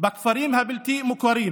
בכפרים הבלתי-מוכרים.